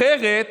אחרת